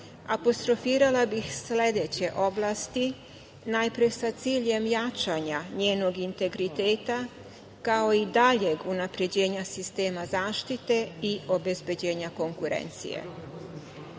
apostrofirala bih sledeće oblasti, najpre sa ciljem jačanja njenog integriteta, kao i daljeg unapređenja sistema zaštite i obezbeđenja konkurencije. Najpre